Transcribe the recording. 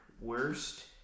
worst